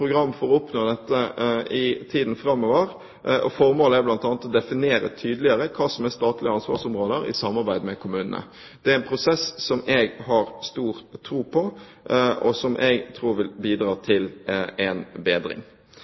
for å oppnå dette i tiden framover, og formålet er bl.a. å definere tydeligere hva som er statlige ansvarsområder i samarbeidet med kommunene. Det er en prosess jeg har stor tro på, og som jeg tror vil bidra til en bedring.